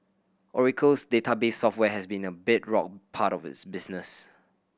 oracle's database software has long been a bedrock part of its business